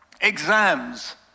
exams